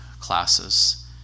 classes